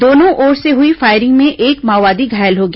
दोनों ओर से हुई फायरिंग में एक माओवादी घायल हो गया